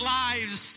lives